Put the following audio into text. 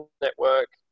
network